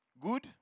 Good